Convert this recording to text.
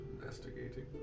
investigating